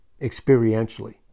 Experientially